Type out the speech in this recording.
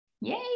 Yay